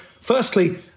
firstly